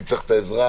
אם צריך את העזרה,